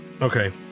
Okay